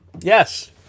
yes